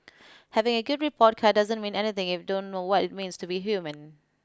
having a good report card doesn't mean anything if you don't know what it means to be human